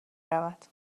رود